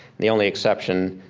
the only exception,